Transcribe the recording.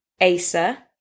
asa